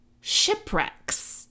shipwrecks